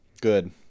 Good